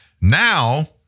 Now